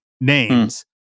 names